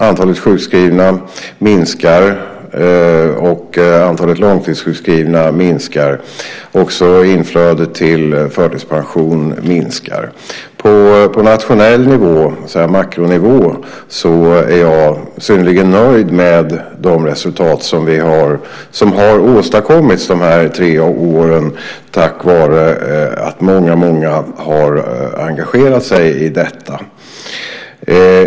Antalet sjukskrivna och långtidssjukskrivna minskar. Också inflödet till förtidspension minskar. På nationell nivå, makronivå, är jag synnerligen nöjd med de resultat som har åstadkommits de här tre åren, tack vare att många har engagerat sig i detta.